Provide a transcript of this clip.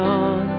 on